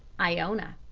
iona.